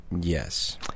Yes